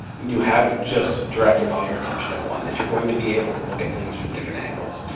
you haven't just directed all your attention at one, that you're going to be able to look at things from different angles,